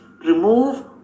remove